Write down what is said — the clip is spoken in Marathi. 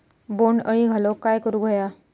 बोंड अळी घालवूक काय करू व्हया?